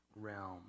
realm